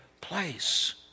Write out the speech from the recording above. place